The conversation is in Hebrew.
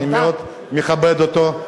אני מאוד מכבד אותו.